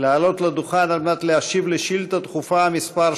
לעלות לדוכן על מנת להשיב על שאילתה דחופה מס'